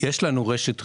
יש לנו רשת רעועה.